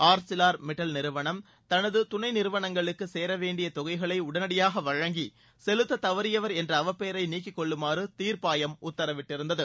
Arcelor Mittal நிறுவனம் தனது துணை நிறுவனங்களுக்கு சேரவேண்டிய தொகைகளை உடனடியாக வழங்கி செலுத்த தவறிய வர் என்ற அவப்பெயரை நீக்கிகொள்ளுமாறு தீர்பாயம் உத்தரவிட்டிருந்தது